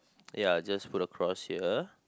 ya just put a cross here